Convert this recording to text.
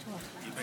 עאידה.